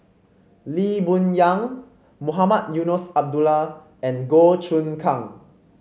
Lee Boon Yang Mohamed Eunos Abdullah and Goh Choon Kang